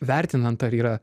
vertinant ar yra